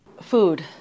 Food